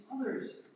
others